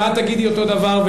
ואת תגידי אותו הדבר,